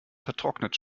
vertrocknet